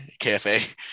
KFA